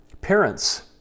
parents